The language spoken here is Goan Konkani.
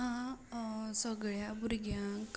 आतां सगल्या भुरग्यांक